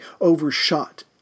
overshot